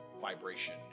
vibration